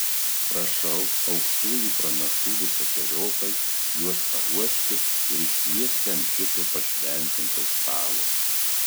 prašau aukštųjų pranašų visokeriopai juos paruošti ir iškviesti ant šito pašventinto stalo